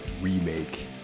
remake